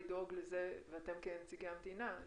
ואתם נציגי המדינה,